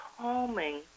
calming